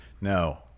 No